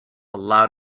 loud